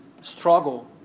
struggle